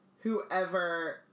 whoever